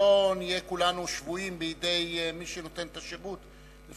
שלא נהיה כולנו שבויים בידי מי שנותן את השירות.